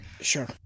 sure